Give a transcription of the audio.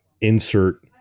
insert